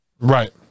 Right